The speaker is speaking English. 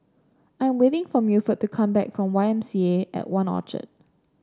I'm waiting for Milford to come back from Y M C A and One Orchard